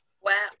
Wow